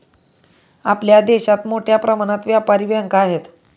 आपल्या देशात मोठ्या प्रमाणात व्यापारी बँका आहेत